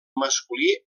masculí